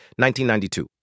1992